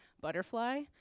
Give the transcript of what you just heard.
butterfly